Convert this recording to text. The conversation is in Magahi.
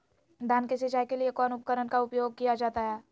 धान की सिंचाई के लिए कौन उपकरण का उपयोग किया जाता है?